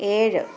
ഏഴ്